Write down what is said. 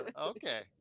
okay